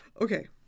Okay